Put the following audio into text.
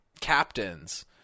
captains